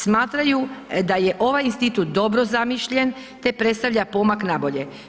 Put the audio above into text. Smatraju da je ovaj institut dobro zamišljen te predstavlja pomak na bolje.